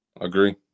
Agree